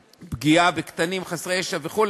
ופגיעה בקטינים חסרי ישע וכו',